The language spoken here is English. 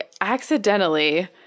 accidentally